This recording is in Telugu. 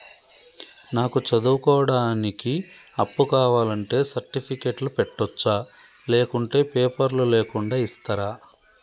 నాకు చదువుకోవడానికి అప్పు కావాలంటే సర్టిఫికెట్లు పెట్టొచ్చా లేకుంటే పేపర్లు లేకుండా ఇస్తరా?